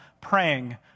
praying